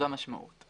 זו המשמעות.